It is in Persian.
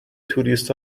توریست